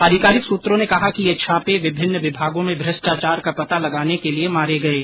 आधिकारिक सूत्रों ने कहा है कि ये छापे विभिन्न विभागों में भ्रष्टाचार का पता लगाने के लिये मारे गये